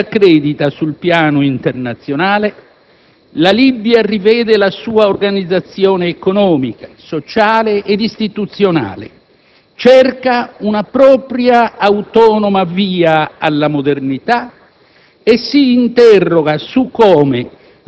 Oggi, mentre si accredita sul piano internazionale, la Libia rivede la sua organizzazione economica, sociale e istituzionale, cerca una propria, autonoma via alla modernità